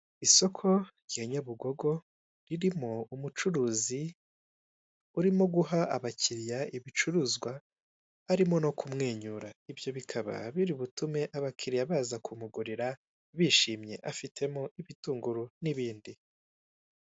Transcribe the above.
Isoko rya Nyabugogo ririmo umucuruzi urimo guha abakiriya ibicuruzwa arimo no kumwenyura, ibyo bikaba biri butume abakiriya baza kumugurira bishimye, afitemo ibitunguru n'ibindi.